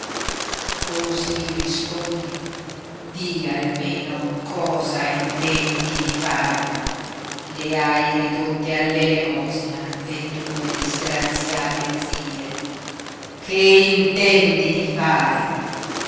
cosí rispondi di almeno cosa intendi di fare le hai ridotte all'elemosina le tue disgraziate zie che intendi di fare